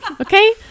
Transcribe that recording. okay